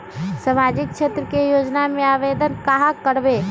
सामाजिक क्षेत्र के योजना में आवेदन कहाँ करवे?